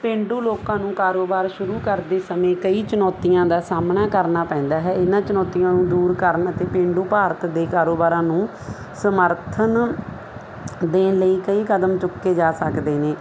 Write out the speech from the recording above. ਪੇਂਡੂ ਲੋਕਾਂ ਨੂੰ ਕਾਰੋਬਾਰ ਸ਼ੁਰੂ ਕਰਦੇ ਸਮੇਂ ਕਈ ਚੁਣੌਤੀਆਂ ਦਾ ਸਾਹਮਣਾ ਕਰਨਾ ਪੈਂਦਾ ਹੈ ਇਹਨਾਂ ਚੁਣੌਤੀਆਂ ਨੂੰ ਦੂਰ ਕਰਨ ਅਤੇ ਪੇਂਡੂ ਭਾਰਤ ਦੇ ਕਾਰੋਬਾਰਾਂ ਨੂੰ ਸਮਰਥਨ ਦੇਣ ਲਈ ਕਈ ਕਦਮ ਚੁੱਕੇ ਜਾ ਸਕਦੇ ਨੇ